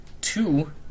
two